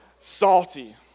salty